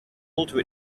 alter